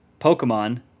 Pokemon